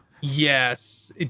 Yes